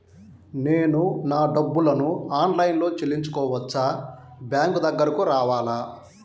నేను నా డబ్బులను ఆన్లైన్లో చేసుకోవచ్చా? బ్యాంక్ దగ్గరకు రావాలా?